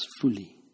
fully